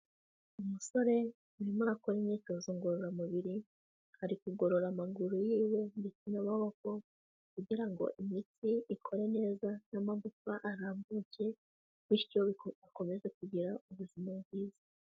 Umusore arimo arakora imyitozo ngororamubiri, ari kugorora amaguru yiwe ndetse n'amaboko kugira ngo imitsi ikore neza n'amagufa arambuke, bityo akomeze kugira ubuzima bwiza.